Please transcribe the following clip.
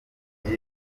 ajya